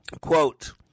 quote